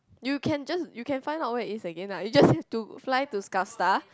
you can just you can find out where is again lah you just need to fly to Kasta